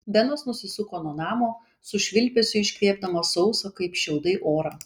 benas nusisuko nuo namo su švilpesiu iškvėpdamas sausą kaip šiaudai orą